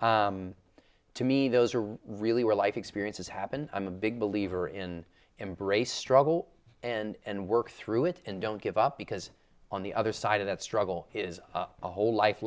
to me those are really real life experiences happen i'm a big believer in embrace struggle and work through it and don't give up because on the other side of that struggle is a whole life